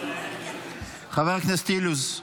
חבר הכנסת אילוז,